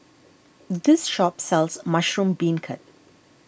this shop sells Mushroom Beancurd